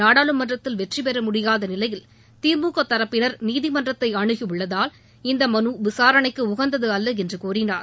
நாடாளுமன்றத்தில் வெற்றி பெற முடியாத நிலையில் திமுக தரப்பினர் நீதிமன்றத்தை அணுகியுள்ளதால் இந்த மனு விசாரணைக்கு உகந்ததல்ல என்று கூறினார்